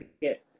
get